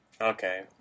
Okay